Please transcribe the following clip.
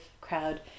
crowd